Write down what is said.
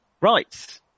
Right